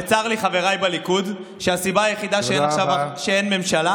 וצר לי, חבריי בליכוד, שהסיבה היחידה שאין ממשלה